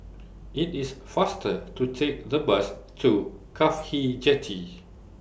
IT IS faster to Take The Bus to Cafhi Jetty